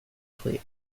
twig